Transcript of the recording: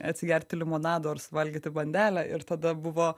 atsigerti limonado ar suvalgyti bandelę ir tada buvo